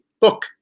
book